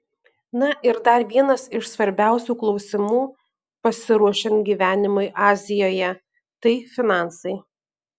na ir dar vienas iš svarbiausių klausimų pasiruošiant gyvenimui azijoje tai finansai